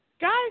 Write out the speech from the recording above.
Guys